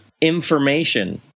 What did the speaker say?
information